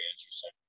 interesting